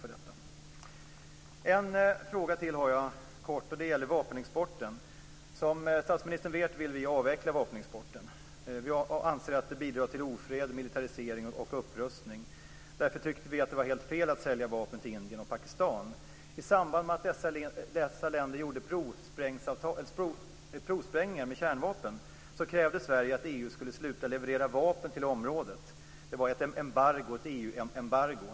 Jag har en fråga till. Den gäller vapenexporten. Som statsministern vet vill vi avveckla vapenexporten. Vi anser att den bidrar till ofred, militarisering och upprustning. Därför tycker vi att det var helt fel att sälja vapen till Indien och Pakistan. I samband med att dessa länder gjorde provsprängningar med kärnvapen krävde Sverige att EU skulle sluta leverera vapen till området. Det var ett EU-embargo.